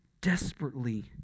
desperately